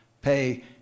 pay